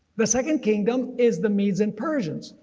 the second kingdom is the medes and persians,